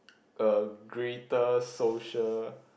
a greater social